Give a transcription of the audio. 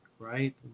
right